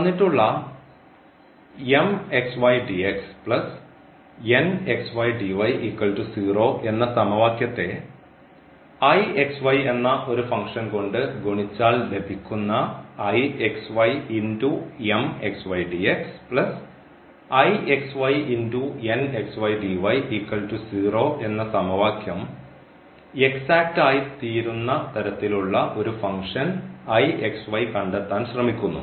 തന്നിട്ടുള്ള എന്ന സമവാക്യത്തെ എന്ന ഒരു ഫങ്ക്ഷൻ കൊണ്ട് ഗുണിച്ചാൽ ലഭിക്കുന്ന എന്ന സമവാക്യം എക്സാറ്റ് ആയിത്തീരുന്ന തരത്തിലുള്ള ഒരു ഫങ്ക്ഷൻ കണ്ടെത്താൻ ശ്രമിക്കുന്നു